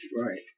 right